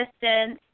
distance